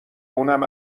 اونم